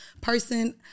person